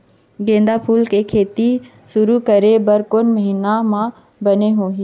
गेंदा फूल के खेती शुरू करे बर कौन महीना मा बने होही?